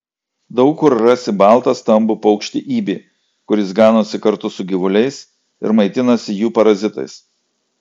daug kur rasi baltą stambų paukštį ibį kuris ganosi kartu su gyvuliais ir maitinasi jų parazitais